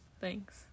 Thanks